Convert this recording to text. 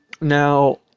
Now